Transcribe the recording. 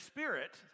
Spirit